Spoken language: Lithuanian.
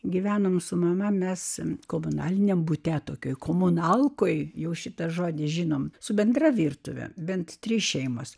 gyvenome su mama mes komunaliniame bute tokioje komonalkoj jau šitą žodį žinome su bendra virtuve bent tris šeimas